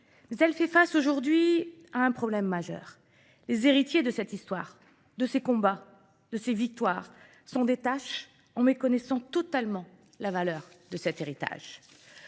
Elle fait face aujourd'hui à un problème majeur. Les héritiers de cette histoire, de ces combats, de ces victoires sont des tâches en méconnaissant totalement la valeur de cet héritage.